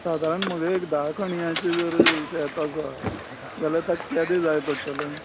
सादारण म्हजे एक धा कणयाचें जर शेत आसा जाल्यार तेका केदें जाय पडटलें